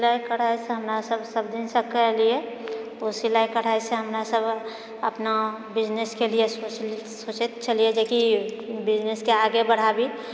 सिलाइ कढ़ाइसँ हमरा सभ सभ दिनसँ कए ऐलिऐ ओ सिलाइ कढ़ाइसे हमरा सभ अपना बिजनेस केलिऐ ओ सोचैत छलिऐ कि ओ बिजनेसके आगे बढ़ाबी